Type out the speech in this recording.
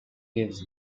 gives